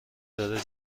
داره